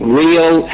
real